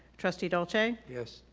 trustee dolce. yes.